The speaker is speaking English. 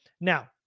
Now